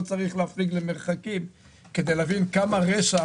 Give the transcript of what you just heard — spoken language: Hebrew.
לא צריך להפליג למרחקים כדי להבין כמה רשע